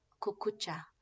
Kukucha